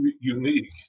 unique